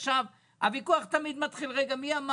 עכשיו, הוויכוח תמיד מתחיל - כשקורה